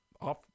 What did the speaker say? off